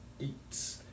eight